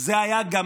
על הבריאות, תתמוך